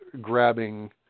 grabbing